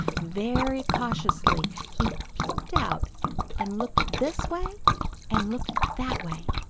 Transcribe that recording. very cautiously he peeped out and looked this way and looked that way,